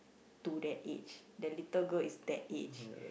to that age that little girl is that age